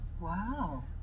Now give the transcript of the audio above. wow